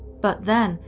but then,